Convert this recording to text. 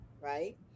Right